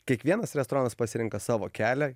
kiekvienas restoranas pasirenka savo kelią